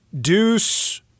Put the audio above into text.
Deuce